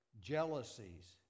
jealousies